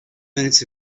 minutes